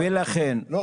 ולכן -- לא,